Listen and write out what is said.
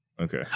okay